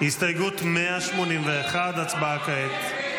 -- הסתייגות 181. הצבעה כעת.